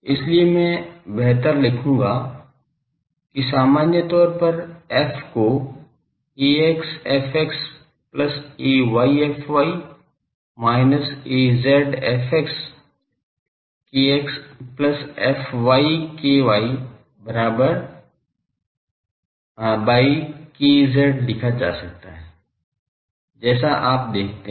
इसलिए मैं बेहतर लिखूंगा कि सामान्य तौर पर f को ax fx plus ay fy minus az fx kx plus fy ky by kz लिखा जा सकता है जैसा आप देखते हैं